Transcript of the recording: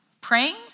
Praying